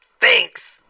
Thanks